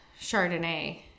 Chardonnay